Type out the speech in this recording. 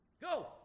Go